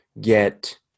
get